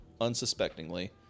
unsuspectingly